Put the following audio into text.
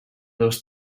dos